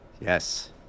Yes